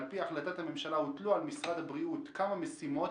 על פי החלטת הממשלה הוטלו על משרד הבריאות כמה משימות,